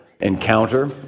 Encounter